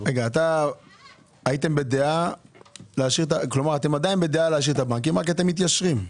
אתם עדיין בדעה להשאיר את הבנקים רק מתיישרים.